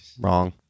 Wrong